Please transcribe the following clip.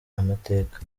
amateka